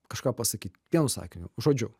kažką pasakyti vienu sakiniu žodžiu